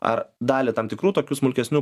ar dalį tam tikrų tokių smulkesnių